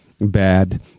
bad